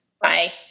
bye